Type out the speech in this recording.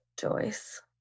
Joyce